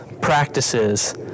practices